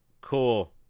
cool